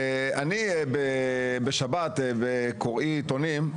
אני בשבת בקוראי עיתונים,